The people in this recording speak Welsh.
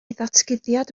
ddatguddiad